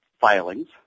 filings